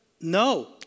no